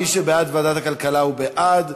מי שבעד ועדת הכלכלה הוא בעד,